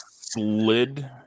slid